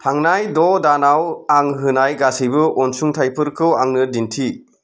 थांनाय द' दानाव आं होनाय गासैबो अनसुंथाइफोरखौ आंनो दिन्थि